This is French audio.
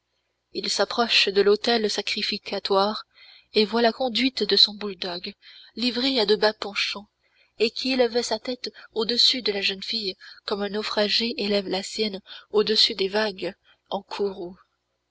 il s'approche de l'autel sacrificatoire et voit la conduite de son bouledogue livré à de bas penchants et qui élevait sa tête au-dessus de la jeune fille comme un naufragé élève la sienne au-dessus des vagues en courroux